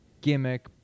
gimmick